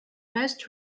best